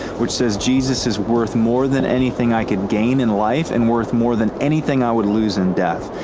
which says jesus is worth more than anything i can gain in life and worth more than anything i would lose in death.